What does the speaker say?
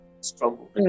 struggle